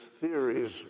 theories